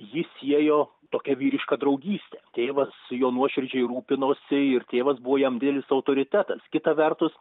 jį siejo tokia vyriška draugystė tėvas juo nuoširdžiai rūpinosi ir tėvas buvo jam didelis autoritetas kita vertus